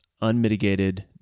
unmitigated